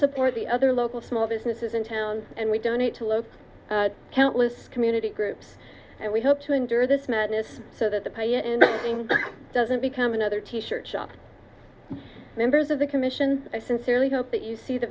support the other local small businesses in town and we donate to local countless community groups and we hope to endure this madness so that the pain and doesn't become another t shirt shop and members of the commission i sincerely hope that you see the